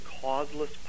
causeless